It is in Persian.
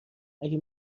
اگه